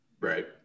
Right